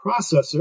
processor